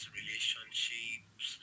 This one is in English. relationships